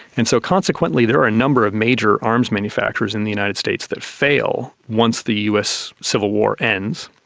and so consequently there are a number of major arms manufacturers in the united states that fail once the us civil war ends,